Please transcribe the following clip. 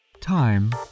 Time